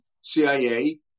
CIA